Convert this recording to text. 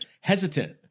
hesitant